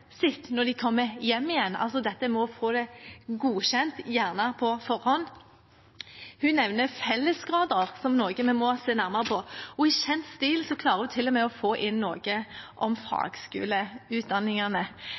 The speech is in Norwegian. sitt når de kommer hjem igjen, altså dette med å få det godkjent, gjerne på forhånd. Hun nevner fellesgrader som noe vi må se nærmere på, og i kjent stil klarer hun til og med å få inn noe om